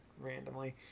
randomly